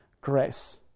grace